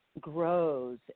grows